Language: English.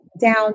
down